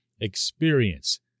experience